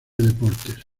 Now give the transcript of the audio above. deportes